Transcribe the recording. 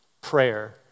Prayer